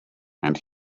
and